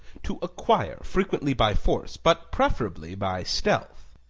to acquire, frequently by force but preferably by stealth.